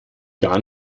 gar